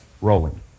rolling